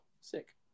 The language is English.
Sick